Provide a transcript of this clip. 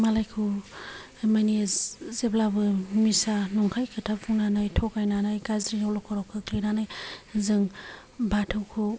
मालायखौ माने जेब्लाबो मिसा नंखाय खोथा बुंनानै थगायनानै गाज्रियाव खोख्लैनानै जों बाथौखौ